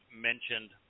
mentioned